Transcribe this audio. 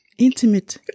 Intimate